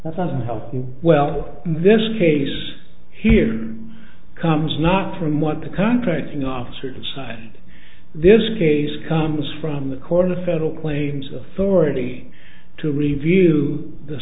that doesn't help you well this case here comes not from what the contracting officer decided this case comes from the corner federal claims authority to review the